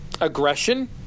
aggression